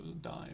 dime